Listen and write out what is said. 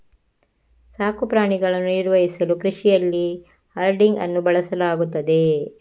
ಸಾಕು ಪ್ರಾಣಿಗಳನ್ನು ನಿರ್ವಹಿಸಲು ಕೃಷಿಯಲ್ಲಿ ಹರ್ಡಿಂಗ್ ಅನ್ನು ಬಳಸಲಾಗುತ್ತದೆ